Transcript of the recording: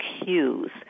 cues